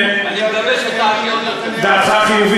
אני אומר לך בצורה הברורה